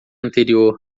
anterior